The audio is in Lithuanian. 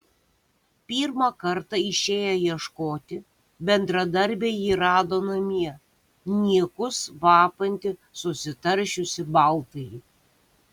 pirmą kartą išėję ieškoti bendradarbiai jį rado namie niekus vapantį susitaršiusį baltąjį